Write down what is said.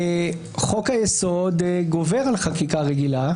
חוק-היסוד גובר על חקיקה רגילה,